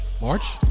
March